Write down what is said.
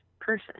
person